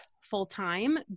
full-time